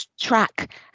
track